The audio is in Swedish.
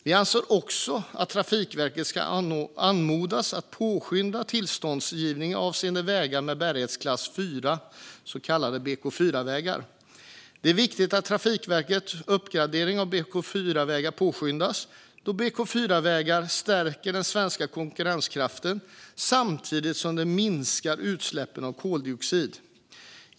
Vi anser också att Trafikverket ska anmodas att påskynda tillståndsgivning avseende vägar med bärighetsklass 4, så kallade BK4-vägar. Det är viktigt att Trafikverkets uppgradering av BK4-vägar påskyndas, då de stärker den svenska konkurrenskraften samtidigt som de minskar utsläppen av koldioxid.